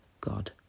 God